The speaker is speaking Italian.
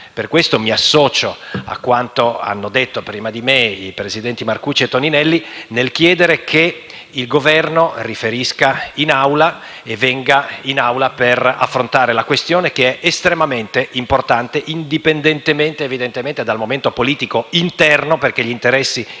Per questo motivo mi associo a quanto hanno detto prima di me i presidenti Marcucci e Toninelli, nel chiedere che il Governo riferisca all’Assemblea e venga in Aula per affrontare la questione, che è estremamente importante, indipendentemente dal momento politico interno, evidentemente,